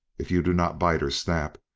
if you do not bite or snap.